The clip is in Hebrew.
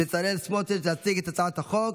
בצלאל סמוטריץ' להציג את הצעת החוק.